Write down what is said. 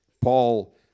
Paul